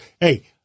hey